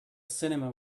cinema